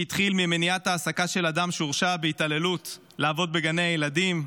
שהתחיל ממניעת העסקה של אדם שהורשע בהתעללות לעבוד בגני הילדים,